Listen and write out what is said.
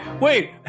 wait